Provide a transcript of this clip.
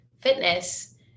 fitness